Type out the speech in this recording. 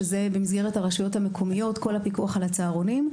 שבמסגרת הרשויות המקומיות זה כל הפיקוח על הצהרונים.